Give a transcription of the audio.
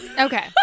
Okay